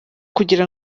kugira